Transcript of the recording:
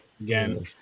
Again